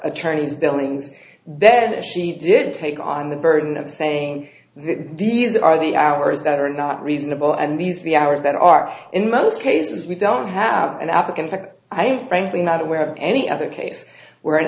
attorneys billings then she did take on the burden of saying these are the hours that are not reasonable and these the hours that are in most cases we don't have an african fact i frankly not aware of any other case where an